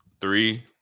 Three